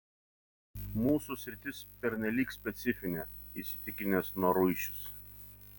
mūsų sritis pernelyg specifinė įsitikinęs noruišis